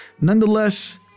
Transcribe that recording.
nonetheless